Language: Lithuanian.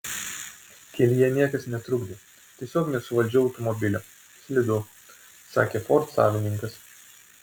kelyje niekas netrukdė tiesiog nesuvaldžiau automobilio slidu sakė ford savininkas